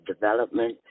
development